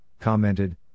commented